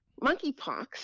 monkeypox